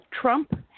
Trump